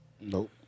Nope